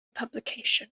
publication